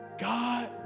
God